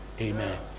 Amen